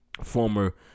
Former